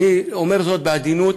אני אומר זאת בעדינות,